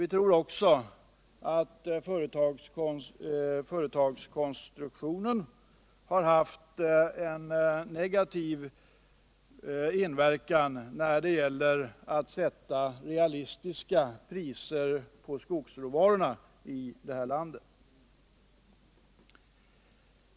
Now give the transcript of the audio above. Vi tror att företagskonstruktionen haft en negativ inverkan också när det gällt att sätta realistiska priser på skogsråvarorna här i landet.